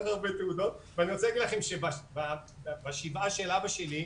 של אבא שלי,